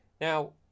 now